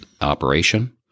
operation